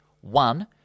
one